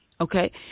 okay